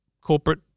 corporate